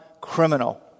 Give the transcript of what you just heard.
criminal